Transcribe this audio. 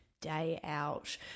day-out